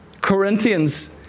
Corinthians